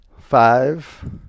Five